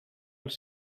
els